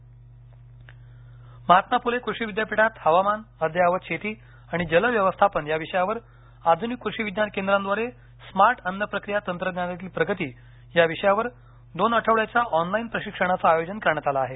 महात्मा फले कषीविद्यापीठ महात्मा फुले कृषीविद्यापीठात हवामान अद्ययावत शेती आणि जलव्यवस्थापन या विषयावर आधुनिक कृषी विज्ञान केंद्राद्वारे स्मार्ट अन्नप्रक्रिया तंत्रज्ञानातील प्रगती या विषयावर दोन आठवड्याच्या ऑनलाईन प्रशिक्षणाचं आयोजन करण्यात आलं आहे